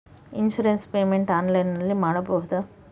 Insurance payment ಆನ್ಲೈನಿನಲ್ಲಿ ಮಾಡಬಹುದಾ?